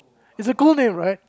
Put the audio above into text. it's a cool name right